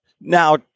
Now